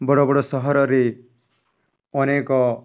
ବଡ଼ ବଡ଼ ସହରରେ ଅନେକ